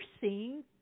seeing